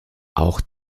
auch